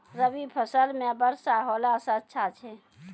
रवी फसल म वर्षा होला से अच्छा छै?